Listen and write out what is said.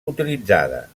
utilitzada